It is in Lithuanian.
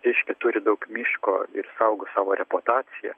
reiškia turi daug miško ir saugo savo reputaciją